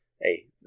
hey